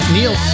Neil